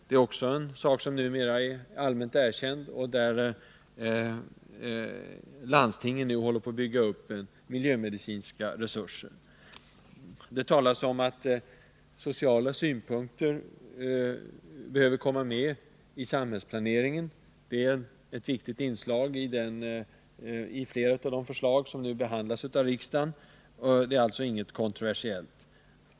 Det är också en sak som numera är allmänt erkänd. Landstingen håller på att bygga upp miljömedicinska resurser. Det talas om att sociala synpunkter behöver komma med i samhällsplaneringen. Det är ett viktigt inslag i flera av de regeringsförslag som nu behandlas av riksdagen. Det är alltså inget kontroversiellt.